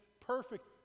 perfect